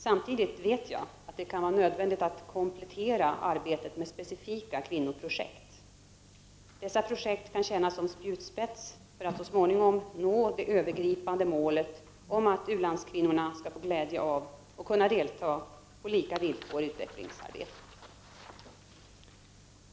Samtidigt vet jag att det kan vara nödvändigt att komplettera arbetet med specifika kvinnoprojekt. Dessa projekt kan tjäna som spjutspets för att man så småningom skall nå det övergripande målet om att u-landskvinnorna skall få glädje av och kunna delta på lika villkor i utvecklingsarbetet.